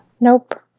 Nope